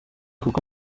kuko